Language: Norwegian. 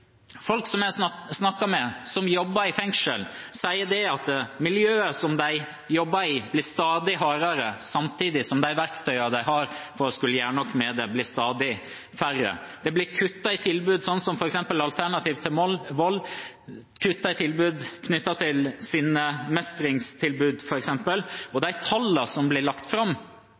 Folk som jeg har snakket med, som jobber i fengsel, sier at miljøet de jobber i, blir stadig hardere samtidig som de verktøyene de har for å gjøre noe med det, blir stadig færre. Det blir kuttet i tilbud som f.eks. Alternativ til vold og kuttet i tilbud for sinnemestring. Og tallene som blir lagt fram,